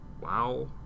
wow